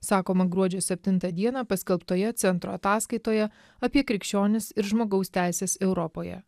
sakoma gruodžio septintą dieną paskelbtoje centro ataskaitoje apie krikščionis ir žmogaus teises europoje